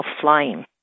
flying